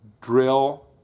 drill